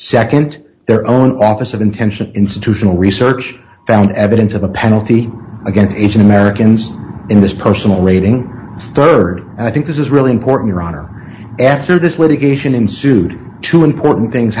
nd their own office of intention institutional research found evidence of a penalty against asian americans in this personal rating rd and i think this is really important iran or after this litigation ensued two important things